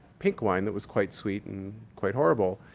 pink wine that was quite sweet and quite horrible.